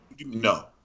No